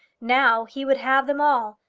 now he would have them all,